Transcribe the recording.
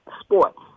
sports